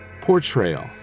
Portrayal